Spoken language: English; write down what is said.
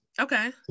Okay